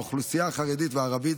האוכלוסייה החרדית והערבית,